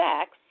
sex